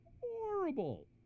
horrible